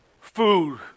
Food